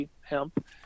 hemp